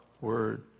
word